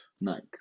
Nike